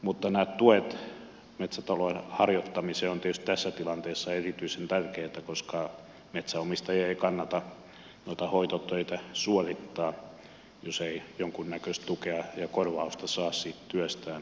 mutta nämä tuet metsätalouden harjoittamiseen ovat tietysti tässä tilanteessa erityisen tärkeitä koska metsänomistajien ei kannata hoitotöitä suorittaa jos ei jonkunnäköistä tukea ja korvausta saa siitä työstään